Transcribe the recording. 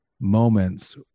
moments